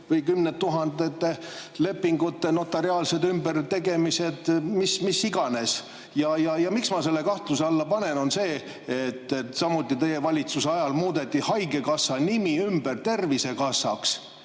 või kümned tuhanded lepingud, notariaalsed ümbertegemised, mis iganes. Miks ma selle kahtluse alla panen? Samuti teie valitsuse ajal muudeti haigekassa nimi Tervisekassaks